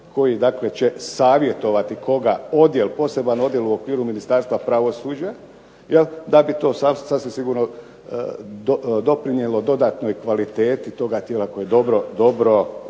dakle će savjetovati koga, odjel, poseban odjel u okviru Ministarstva pravosuđa, da bi to sasvim sigurno doprinijelo dodatnoj kvaliteti toga tijela koje je dobro